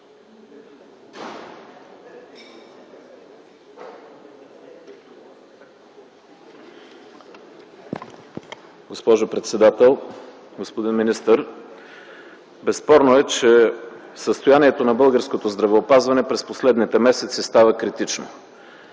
Госпожо председател! Господин министър, безспорно е, че състоянието на българското здравеопазване през последните месеци става критично.